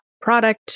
product